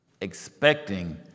expecting